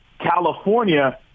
California